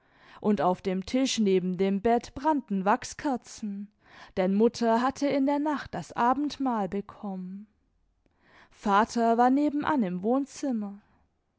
und auf dem tisch neben dem bett brannten wachskerzen denn mutter hatte in der nacht das abendmahl bekommen vater war nebenan im wohnzimmer